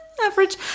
average